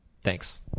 Thanks